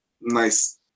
nice